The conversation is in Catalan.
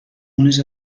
unes